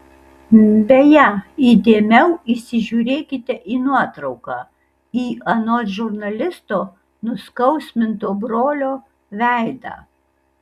beje įdėmiau įsižiūrėkite į nuotrauką į anot žurnalisto nuskausminto brolio veidą